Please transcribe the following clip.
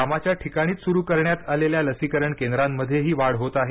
कामाच्या ठिकाणीच सुरू करण्यात आलेल्या लसीकरण केंद्रांमध्येही वाढ होत आहे